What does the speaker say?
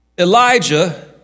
Elijah